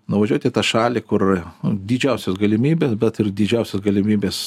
nuvažiuot į tą šalį kur didžiausios galimybės bet ir didžiausios galimybės